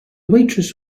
waitress